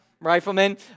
Rifleman